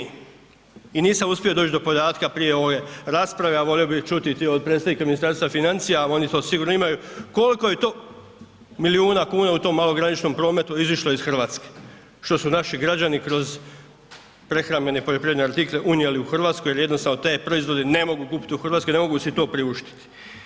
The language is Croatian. I nisam uspio doći do podatka prije ove rasprave, a volio bi čuti od predstavnika Ministarstva financija, oni to sigurno imaju koliko je to milijuna kuna u tom malograničnom prometu izišlo iz Hrvatske, što su naši građani kroz prehrambene poljoprivredne artikle unijeli u Hrvatsku jer jednostavno te proizvode ne mogu kupiti u Hrvatskoj ne mogu si to priuštiti.